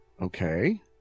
okay